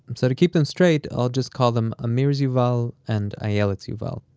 so to keep them straight i'll just call them amir's yuval and ayelet's yuval